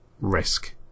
risk